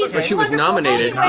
like but she was nominated!